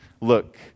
look